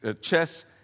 chess